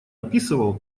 описывал